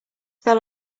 fell